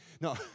No